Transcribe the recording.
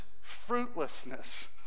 fruitlessness